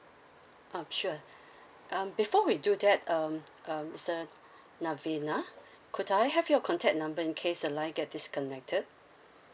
um sure um before we do that um um sir narvina could I have your contact number in case the line get disconnected